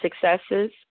successes